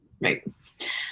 right